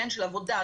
של עבודה,